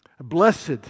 Blessed